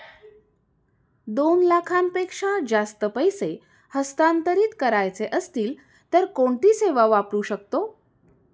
दोन लाखांपेक्षा जास्त पैसे हस्तांतरित करायचे असतील तर कोणती सेवा वापरू शकतो?